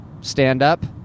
stand-up